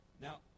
now